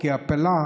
ולבסוף נס ופלא,